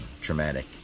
traumatic